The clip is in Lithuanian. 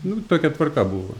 nu tokia tvarka buvo